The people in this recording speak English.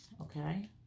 Okay